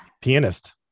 Pianist